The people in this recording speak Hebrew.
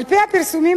על-פי הפרסומים,